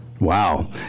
Wow